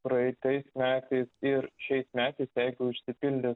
praeitais metais ir šiais metais jeigu išsipildys